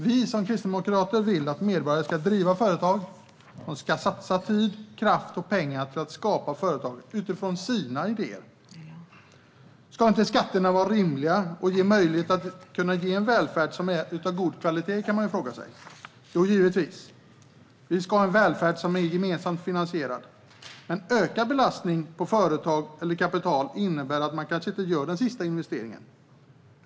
Vi som kristdemokrater vill att medborgare ska driva företag. De ska satsa tid, kraft och pengar på att skapa företag utifrån sina idéer. Man kan fråga sig om inte skatterna ska vara rimliga och ge möjlighet till en välfärd av god kvalitet. Jo, givetvis ska vi ha en välfärd som är gemensamt finansierad. Men en ökad beskattning av företag eller kapital innebär att människor kanske inte gör den sista investeringen.